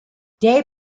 they